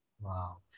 Wow